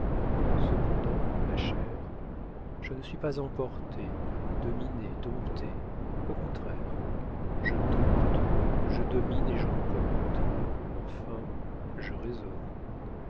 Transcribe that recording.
cependant ma chère je ne suis pas emportée dominée domptée au contraire je dompte je domine et j'emporte enfin je raisonne